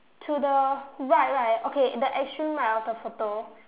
to the right right okay the extreme right of the photo